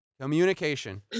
communication